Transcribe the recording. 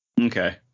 okay